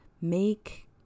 make